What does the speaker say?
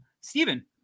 Stephen